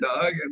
dog